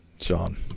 Sean